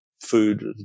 food